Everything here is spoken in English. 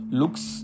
looks